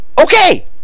okay